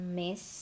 miss